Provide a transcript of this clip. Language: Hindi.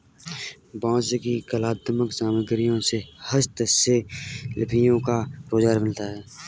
बाँस की कलात्मक सामग्रियों से हस्तशिल्पियों को रोजगार मिलता है